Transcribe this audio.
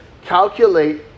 calculate